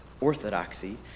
orthodoxy